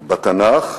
בתנ"ך,